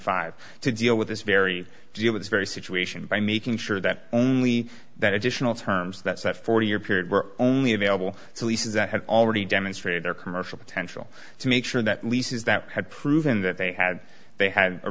five to deal with this very very situation by making sure that only that additional terms that forty year period were only available so he says that had already demonstrated their commercial potential to make sure that leases that had proven that they had they ha